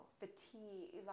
fatigue